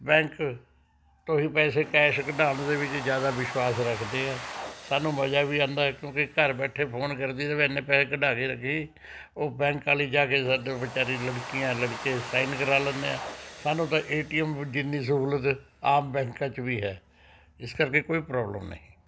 bank ਤੋਂ ਹੀ ਪੈਸੇ ਕੈਸ਼ ਕਢਾਉਣ ਦੇ ਵਿੱਚ ਜ਼ਿਆਦਾ ਵਿਸ਼ਵਾਸ ਰੱਖਦੇ ਆ ਸਾਨੂੰ ਮਜ਼ਾ ਵੀ ਆਉਂਦਾ ਕਿਉਂਕਿ ਘਰ ਬੈਠੇ ਫ਼ੋਨ ਕਰ ਦਈਦਾ ਵੀ ਇੰਨੇ ਪੈਸੇ ਕਢਾ ਕੇ ਰੱਖੀ ਉਹ ਬੈਂਕ ਵਾਲੀ ਜਾਕੇ ਸਾਡਾ ਵਿਚਾਰੀ ਲੜਕੀਆਂ ਲੜਕੇ ਸਾਈਨ ਕਰਾਂ ਲੈਂਦੇ ਆ ਸਾਨੂੰ ਤਾਂ ਏ ਟੀ ਐੱਮ ਜਿੰਨੀ ਸਹੂਲਤ ਆਮ ਬੈਂਕਾਂ 'ਚ ਵੀ ਹੈ ਇਸ ਕਰਕੇ ਕੋਈ ਪ੍ਰੋਬਲਮ ਨਹੀਂ